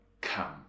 Come